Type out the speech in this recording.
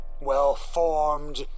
well-formed